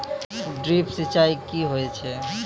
Drip सिंचाई कि होय छै?